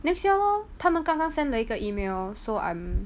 next year lor 他们刚刚 sent 了一个 email so I'm